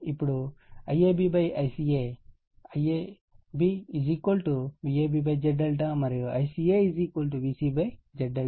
ఇప్పుడు IAB ICA IAB Vab Z∆ మరియు ICA Vca Z∆